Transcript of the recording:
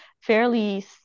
fairly